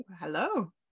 Hello